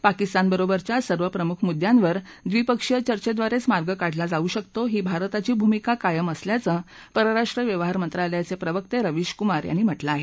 पाकिस्तानबरोबरच्या सर्व प्रमुख मुद्यावर ड्रीपक्षीय चर्चेड्रारेच मार्ग काढला जाऊ शकतो ही भारताची भूमिका कायम असल्याचं परराष्ट्र व्यवहारमंत्रालयाचे प्रवक्ते रवीश कुमार यांनी म्हटलं आहे